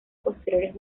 posteriores